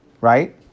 right